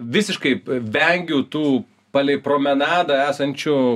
visiškai vengiu tų palei promenadą esančių